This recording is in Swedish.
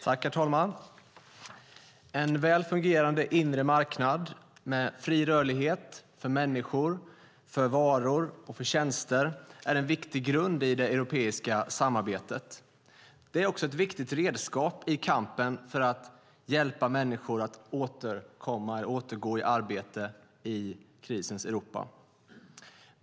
Herr talman! En väl fungerande inre marknad med fri rörlighet för människor, varor och tjänster är en viktig grund i det europeiska samarbetet. Det är också ett viktigt redskap i kampen för att hjälpa människor att återgå i arbete i krisens Europa.